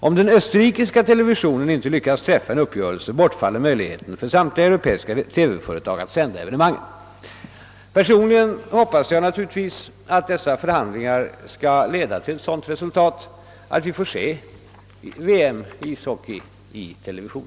Om den österrikiska televisionen inte lyckas träffa en uppgörelse bortfaller möjligheten för samtliga europeiska TV-företag att sända evenemanget. Personligen hoppas jag naturligtvis att dessa förhandlingar skall leda till ett sådant resultat att vi får se VM i ishockey i television.